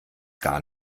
gar